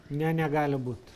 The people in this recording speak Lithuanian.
ne negali būt